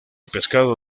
pescado